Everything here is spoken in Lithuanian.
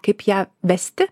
kaip ją vesti